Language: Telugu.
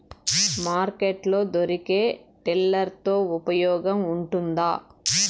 మార్కెట్ లో దొరికే టిల్లర్ తో ఉపయోగం ఉంటుందా?